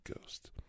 ghost